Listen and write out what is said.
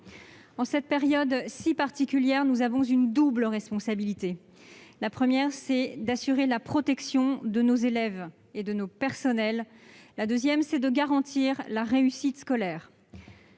en cette période si particulière, nous avons deux responsabilités. La première est d'assurer la protection de nos élèves et de nos personnels. La seconde est de garantir la réussite scolaire.